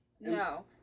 No